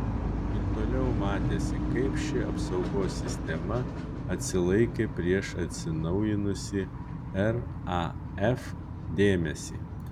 ir toliau matėsi kaip ši apsaugos sistema atsilaikė prieš atsinaujinusį raf dėmesį